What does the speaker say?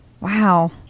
Wow